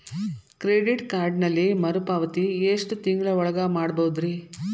Credit ಕಾರ್ಡಿನಲ್ಲಿ ಮರುಪಾವತಿ ಎಷ್ಟು ತಿಂಗಳ ಒಳಗ ಮಾಡಬಹುದ್ರಿ?